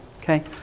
okay